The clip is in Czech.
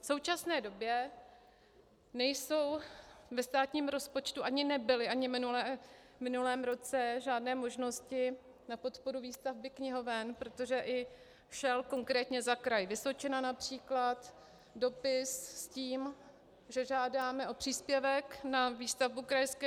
V současné době nejsou ve státním rozpočtu, ani nebyly v minulém roce, žádné možnosti na podporu výstavby knihoven, protože i šel konkrétně za Kraj Vysočina například dopis s tím, že žádáme o příspěvek na výstavbu krajské knihovny.